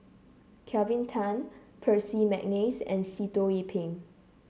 Kelvin Tan Percy McNeice and Sitoh Yih Pin